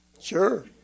Sure